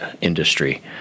industry